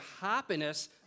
happiness